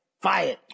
Fire